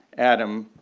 adam,